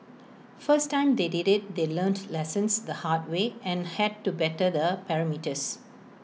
first time they did IT they learnt lessons the hard way and had to better the parameters